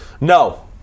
No